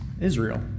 Israel